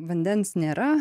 vandens nėra